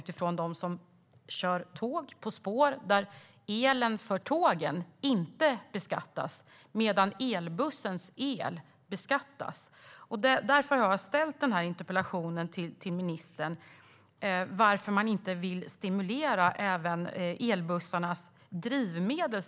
När det gäller tåg på spår beskattas inte elen, men elbussens el beskattas. Det är därför jag har ställt den här interpellationen till ministern. Varför vill man inte stimulera även elbussarnas drivmedel?